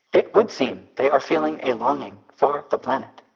it would seem they are feeling a longing for the planet.